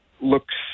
looks